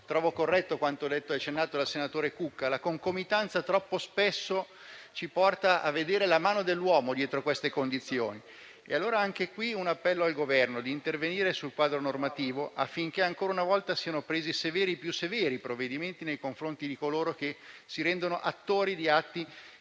trovo corretto quanto dichiarato dal senatore Cucca: la concomitanza troppo spesso ci porta a vedere la mano dell'uomo dietro a queste condizioni. Rivolgo allora l'appello al Governo di intervenire sul quadro normativo affinché ancora una volta siano presi provvedimenti più severi nei confronti di coloro che si rendono attori di atti